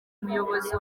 umuyobozi